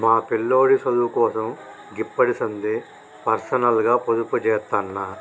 మా పిల్లోడి సదువుకోసం గిప్పడిసందే పర్సనల్గ పొదుపుజేత్తన్న